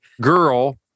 girl